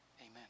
Amen